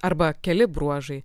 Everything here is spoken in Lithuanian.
arba keli bruožai